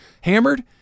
hammered